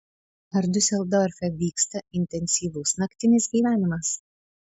ar diuseldorfe vyksta intensyvus naktinis gyvenimas